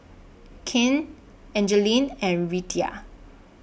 Cain Angeline and Reatha